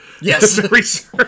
yes